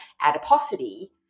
adiposity